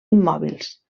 immòbils